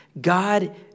God